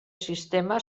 sistema